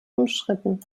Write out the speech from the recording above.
umstritten